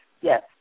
yes